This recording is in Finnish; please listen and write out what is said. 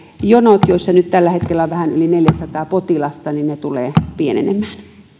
jonot joissa nyt tällä hetkellä on vähän yli neljäsataa potilasta tulevat pienenemään